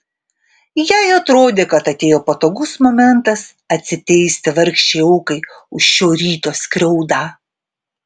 jai atrodė kad atėjo patogus momentas atsiteisti vargšei aukai už šio ryto skriaudą